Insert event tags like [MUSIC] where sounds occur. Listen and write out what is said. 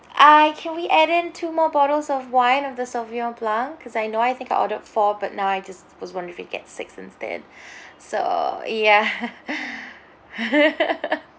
uh can we add in two more bottles of wine of the sauvignon blanc because I know I think I ordered four but now I just was wondering if we get six instead [BREATH] so ya [LAUGHS]